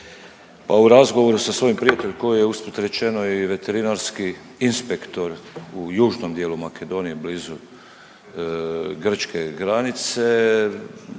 pa u razgovoru sa svojim prijateljem koji je usput rečeno i veterinarski inspektor u južnom dijelu Makedonije blizu grčke granice